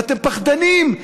ואתם פחדנים.